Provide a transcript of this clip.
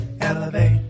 elevate